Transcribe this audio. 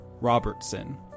Robertson